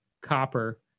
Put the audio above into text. Copper